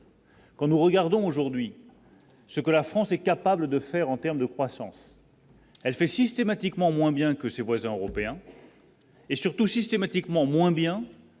Quand nous regardons aujourd'hui ce que la France est capable de faire en terme de croissance. Elle fait systématiquement moins bien que ses voisins européens. Et surtout systématiquement moins bien